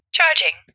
Charging